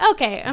Okay